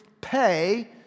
pay